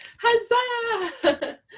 Huzzah